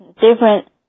different